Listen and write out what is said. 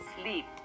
sleep